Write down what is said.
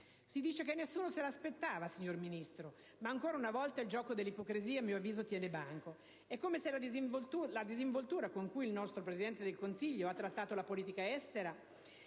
Si dice che nessuno se l'aspettava, signor ministro Frattini, ma ancora una volta il gioco dell'ipocrisia a mio avviso tiene banco. È come se la disinvoltura con cui il nostro Presidente del Consiglio ha trattato la politica estera